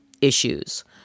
issues